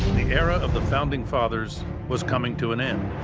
the era of the founding fathers was coming to an end.